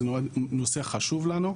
זה נושא חשוב לנו.